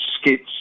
skits